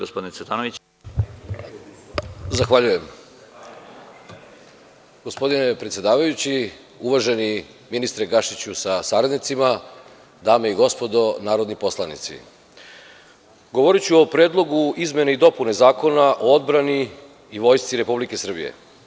Gospodine predsedavajući, uvaženi ministre Gašiću sa saradnicima, dame i gospodo narodni poslanici, govoriću o predlogu izmene i dopune zakona o odbrani i Vojsci Srbije.